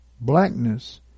Blackness